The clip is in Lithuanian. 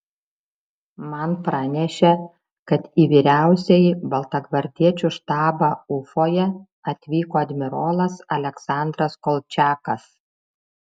man pranešė kad į vyriausiąjį baltagvardiečių štabą ufoje atvyko admirolas aleksandras kolčiakas